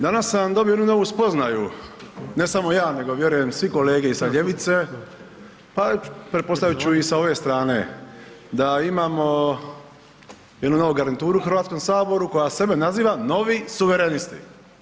Danas sam dobio jednu novu spoznaju, ne samo ja nego vjerujem i svi kolege sa ljevice pa pretpostavit ću i sa ove strane da imamo jednu novu garnituru u Hrvatskom saboru koja sebe naziva novi suverenisti.